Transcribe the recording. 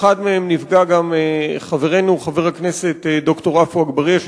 מאחד מהם נפגע גם חברנו חבר הכנסת ד"ר עפו אגבאריה,